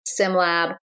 SimLab